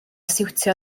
siwtio